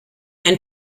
ein